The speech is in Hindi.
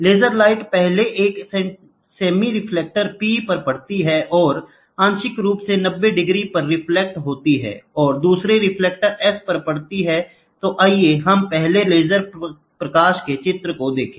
लेज़र लाइट पहले एक सेमी रिफ्लेक्टर P पर पड़ती है और आंशिक रूप से 90 डिग्री पर रिफ्लेक्टि होती है और दूसरे रिफ्लेक्टर S पर पड़ती है तो आइए हम पहले लेज़र प्रकाश के चित्र को देखें